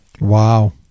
Wow